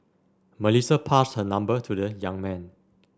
Melissa passed her number to the young man